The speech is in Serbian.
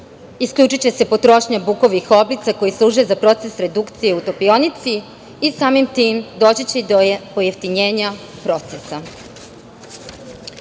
Isključiće se potrošnja bukovih oblica koje služe za proces redukcije u topionici i samim tim doći će do pojeftinjenja procesa. Pored